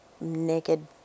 naked